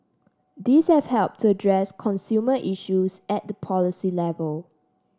these have helped to address consumer issues at the policy level